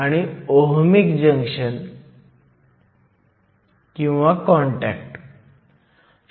या असाइनमेंटमध्ये आपण होमो जंक्शनवर पूर्णपणे लक्ष केंद्रित करू आपण बिल्ट इन पोटेन्शियलवर काही गणना करू